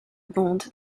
bond